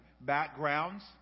backgrounds